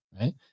right